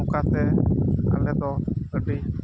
ᱱᱚᱝᱠᱟᱛᱮ ᱟᱞᱮ ᱫᱚ ᱟᱹᱰᱤ